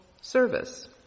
service